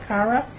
Kara